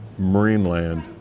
Marineland